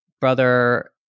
brother